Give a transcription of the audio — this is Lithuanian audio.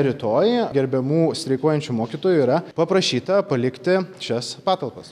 rytoj gerbiamų streikuojančių mokytojų yra paprašyta palikti šias patalpas